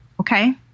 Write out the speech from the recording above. okay